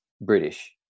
British